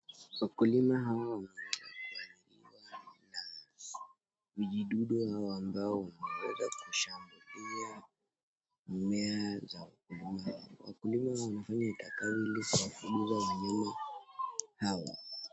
Wakulima hao vijidudu hao ambao wameweza kushambulia mimea za wakulima hao. Wakulima wanafanya utakavyo ili kuwafukuza wanyama hawa.